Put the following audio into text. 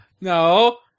No